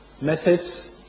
methods